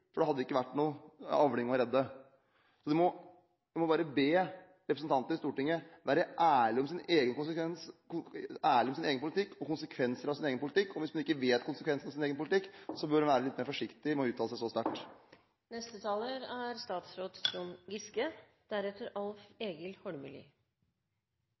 be representantene i Stortinget være ærlige om konsekvenser av sin egen politikk. Hvis de ikke vet konsekvensene av sin egen politikk, bør de være litt mer forsiktige med å uttale seg så sterkt.